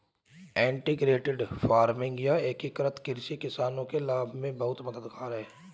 integrated farming या एकीकृत कृषि किसानों के लाभ में बहुत मददगार है